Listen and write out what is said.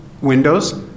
windows